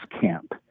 camp